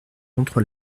contre